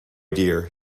dear